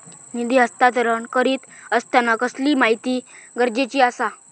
निधी हस्तांतरण करीत आसताना कसली माहिती गरजेची आसा?